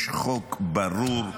יש חוק ברור.